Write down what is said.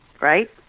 right